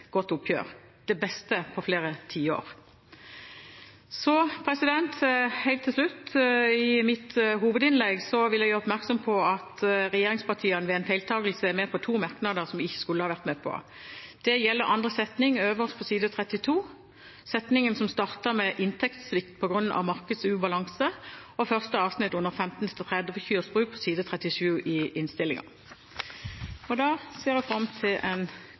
godt oppgjør – det beste på flere tiår. Helt til slutt i mitt hovedinnlegg vil jeg gjøre oppmerksom på at regjeringspartiene ved en feiltakelse er med på to merknader som vi ikke skulle vært med på. Det gjelder side 13, andre spalte, setningen som starter med «Inntektssvikt på grunn av markedsubalanse» og første avsnitt under overskriften «15–30-kyrs bruk» på side 15 i innstillingen. Da ser jeg fram til en